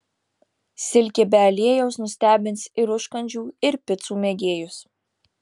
silkė be aliejaus nustebins ir užkandžių ir picų mėgėjus